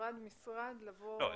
משרד משרד לבוא --- לא,